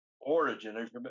Origin